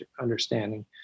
understanding